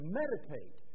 meditate